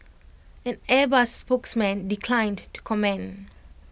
an airbus spokesman declined to comment